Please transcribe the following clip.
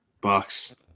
Bucks